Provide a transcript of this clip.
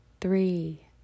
Three